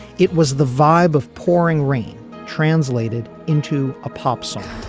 it was the vibe of pouring rain translated into a pop song.